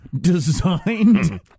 designed